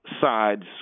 sides